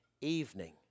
evening